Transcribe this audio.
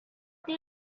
did